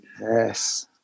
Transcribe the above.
Yes